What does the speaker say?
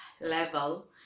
level